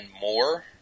more